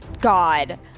God